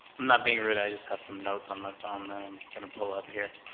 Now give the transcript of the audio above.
not being rude i just have some notes on my phone that i'm gonna pull up here